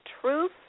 truth